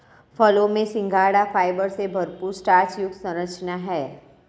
फलों में सिंघाड़ा फाइबर से भरपूर स्टार्च युक्त संरचना है